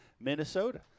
Minnesota